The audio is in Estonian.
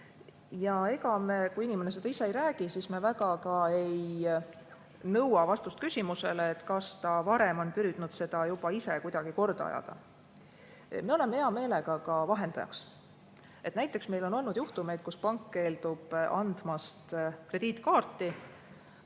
mujal. Kui inimene seda ise ei ütle, siis me väga ka ei nõua vastust küsimusele, kas ta varem on püüdnud seda juba ise kuidagi korda ajada. Me oleme hea meelega ka vahendajaks. Näiteks meil on olnud juhtumeid, kus pank keeldub andmast krediitkaarti